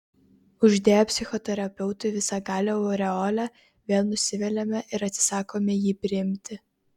uždėję psichoterapeutui visagalio aureolę vėl nusiviliame ir atsisakome jį priimti